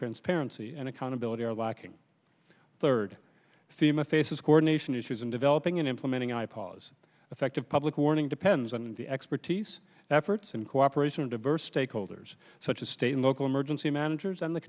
transparency and accountability are lacking third fema faces coordination issues in developing and implementing i pause effective public warning depends on the expertise efforts and cooperation of diverse stakeholders such a state and local emergency managers and the